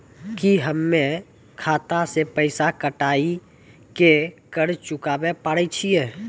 की हम्मय खाता से पैसा कटाई के कर्ज चुकाबै पारे छियै?